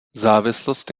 závislost